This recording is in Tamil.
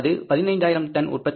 15000 டன் உற்பத்தி உள்ளது